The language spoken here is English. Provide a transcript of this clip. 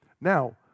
Now